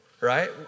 right